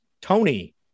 Tony